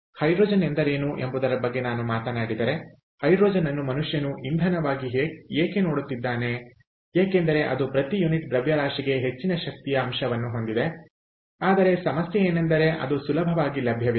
hydrogen ಎಂದರೇನು ಎಂಬುದರ ಬಗ್ಗೆ ನಾನು ಮಾತನಾಡಿದರೆ ಹೈಡ್ರೋಜನ್ ಅನ್ನು ಮನುಷ್ಯನು ಇಂಧನವಾಗಿ ಏಕೆ ನೋಡುತ್ತಿದ್ದಾನೆ ಏಕೆಂದರೆ ಅದು ಪ್ರತಿ ಯುನಿಟ್ ದ್ರವ್ಯರಾಶಿಗೆ ಹೆಚ್ಚಿನ ಶಕ್ತಿಯ ಅಂಶವನ್ನು ಹೊಂದಿದೆ ಆದರೆ ಸಮಸ್ಯೆ ಏನೆಂದರೆ ಅದು ಸುಲಭವಾಗಿ ಲಭ್ಯವಿಲ್ಲ